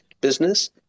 business